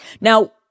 Now